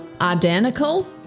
identical